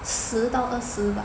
十到二十吧